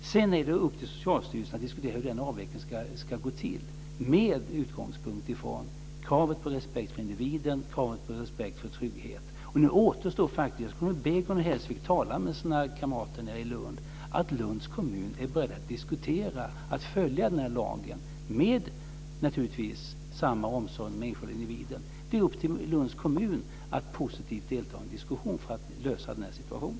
Sedan är det upp till Socialstyrelsen att diskutera hur den avveckling ska gå till med utgångspunkt i kravet på respekt för individen och kravet på respekt för trygghet. Det som återstår är att Lunds kommun ska vara beredd att diskutera - jag skulle kunna be Gun Hellsvik att tala med sina kamrater nere i Lund - hur man ska följa denna lag, naturligtvis med samma omsorg om den enskilda individen. Det är upp till Lunds kommun att positivt delta i en diskussion för att lösa denna situation.